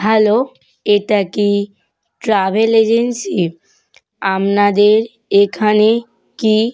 hello এটা কি travel agency আপনাদের এখানে কি